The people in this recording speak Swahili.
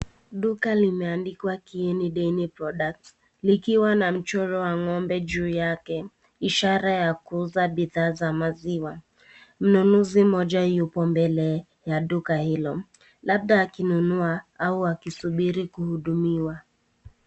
Duka limeandikwa Kieni daily products likiwa na mchoro wa ng'ombe juu yake ishara ya kuuza bidha za maziwa. Mnunuzi mmoja yuko mbele ya duka hilo labda akinunua au akisubiri kuhudumiwa.